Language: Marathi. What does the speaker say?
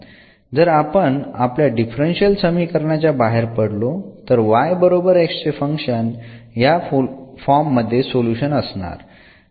जर आपण आपल्या डिफरन्शियल समीकरणाच्या बाहेर पडलो तर y बरोबर x चे फंक्शन या फॉर्म मध्ये सोल्युशन असणार